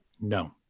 No